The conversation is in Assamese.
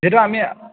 সেইটো আমি